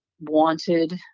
wanted